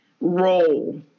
role